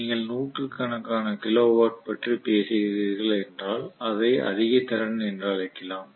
நீங்கள் நூற்றுக்கணக்கான kilowatt பற்றி பேசுகிறீர்கள் என்றால் அதை அதிக திறன் என்று அழைக்கலாம்